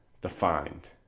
defined